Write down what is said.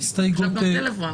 הצבעה הסתייגות 18 לא אושרה.